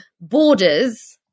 borders